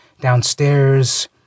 downstairs